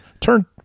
Turn